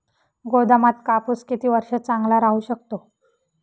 गोदामात कापूस किती वर्ष चांगला राहू शकतो?